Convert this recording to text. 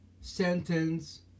sentence